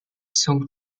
zum